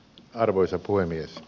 arvoisa puhemies